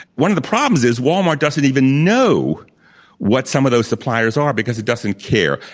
one of the problems is, walmart doesn't even know what some of those suppliers are because it doesn't care.